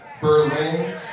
Berlin